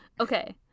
Okay